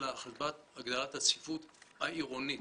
אלא הגדלת הצפיפות העירונית,